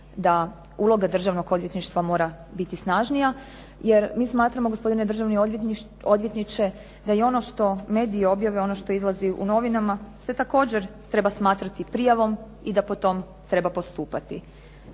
da uloga Državnog odvjetništva mora biti snažnija. Jer mi smatramo gospodine državni odvjetniče da i ono što mediji objave ono što izlazi u novinama se također treba smatrati prijavom i da po tom treba postupati.